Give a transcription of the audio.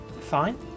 Fine